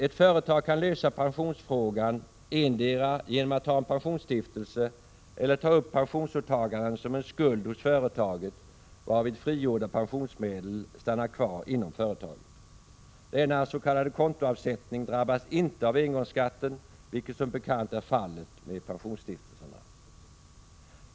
Ett företag kan lösa pensionsfrågan endera genom att ha en pensionsstiftelse eller genom att ta upp pensionsåtagandena som en skuld hos företaget, varvid frigjorda pensionsmedel stannar kvar inom företaget. Denna s.k. kontoavsättning drabbas inte av engångsskatten, något som ju däremot är fallet med pensionsstiftelser.